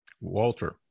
Walter